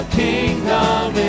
kingdom